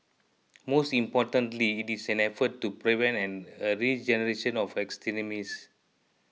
most importantly it is an effort to prevent a regeneration of extremists